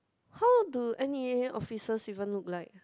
how do N_E_A officers even look like